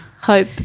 hope